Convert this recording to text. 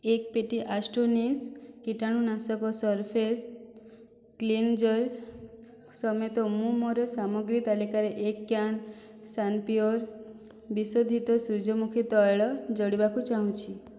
ଏକ ପେଟି ଆଷ୍ଟୋନିସ କୀଟାଣୁନାଶକ ସର୍ଫେସ୍ କ୍ଲିନ୍ଜର୍ ସମେତ ମୁଁ ମୋର ସାମଗ୍ରୀ ତାଲିକାରେ ଏକ କ୍ୟାନ୍ ସାନପିଓର୍ ବିଶୋଧିତ ସୂର୍ଯ୍ୟମୁଖୀ ତୈଳ ଯୋଡ଼ିବାକୁ ଚାହୁଁଛି